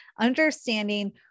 understanding